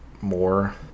more